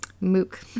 Mook